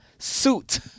suit